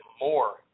more